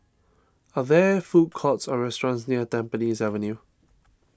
are there food courts or restaurants near Tampines Avenue